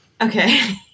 okay